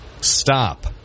stop